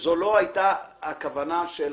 וזו לא היתה הכוונה של